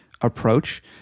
approach